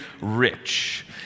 rich